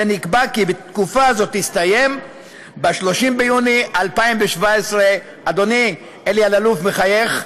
ונקבע כי תקופה זו תסתיים ב-30 ביוני 2017. אדוני אלי אלאלוף מחייך,